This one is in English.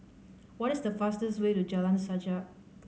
what is the fastest way to Jalan Sajak